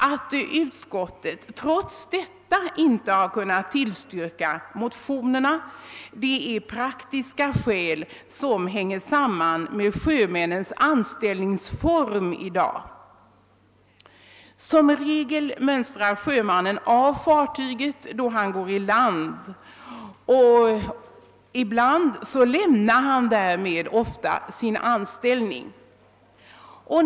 Att utskottet trots detta inte kunnat tillstyrka motionerna beror på praktiska omständigheter, som hänger samman med den anställningsform sjömännen för närvarande har. Som regel mönstrar sjömannen av fartyget då han går i land, och ofta lämnar han därmed sin anställning.